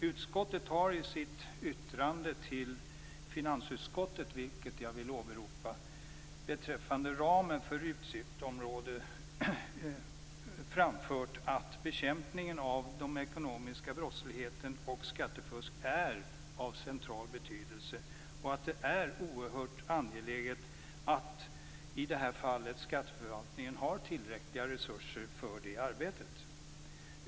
Utskottet har i sitt yttrande till finansutskottet, vilket jag vill åberopa, beträffande ramen för utgiftsområdet framfört att bekämpningen av den ekonomiska brottsligheten och skattefusk är av central betydelse och att det är oerhört angeläget att skatteförvaltningen i det här fallet har tillräckliga resurser för det arbetet.